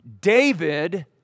David